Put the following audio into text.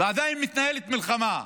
ועדיין מתנהלת מלחמה,